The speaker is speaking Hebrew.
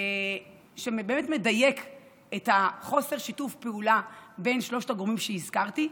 שבאמת מדייק את חוסר שיתוף הפעולה בין שלושת הגורמים שהזכרתי.